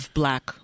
black